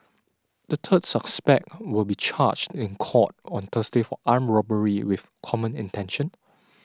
the third suspect will be charged in court on Thursday for armed robbery with common intention